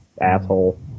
asshole